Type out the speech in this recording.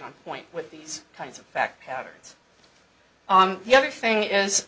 on point with these kinds of fact patterns on the other thing is